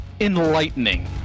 enlightening